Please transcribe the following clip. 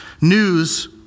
news